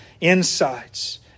insights